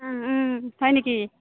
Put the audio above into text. হয় নেকি